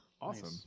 Awesome